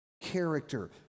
character